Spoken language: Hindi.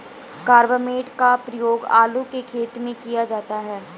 कार्बामेट का प्रयोग आलू के खेत में किया जाता है